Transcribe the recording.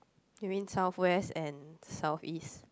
you mean southwest and southeast